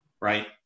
Right